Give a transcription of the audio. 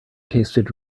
tasted